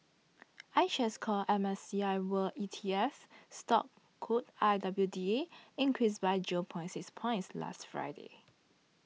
iShares Core M S C I world E T F stock code I W D A increased by June point six points last Friday